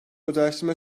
özelleştirme